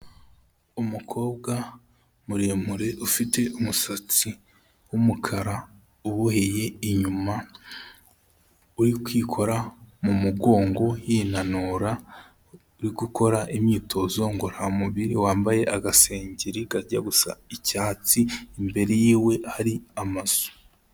Umukobwa muremure ufite umusatsi w'umukara, uboheye inyuma, uri kwikora mu mugongo yinanura, uri gukora imyitozo ngororamubiri, wambaye agasengeri kajya gusa icyatsi, imbere y'iwe hari amazu.